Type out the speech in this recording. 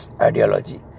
ideology